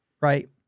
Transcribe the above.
Right